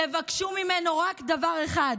תבקשו ממנו רק דבר אחד: